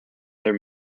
their